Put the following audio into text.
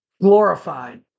glorified